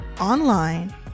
online